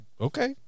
okay